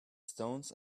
stones